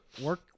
work